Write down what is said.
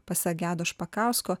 pasak gedo špakausko